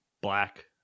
Black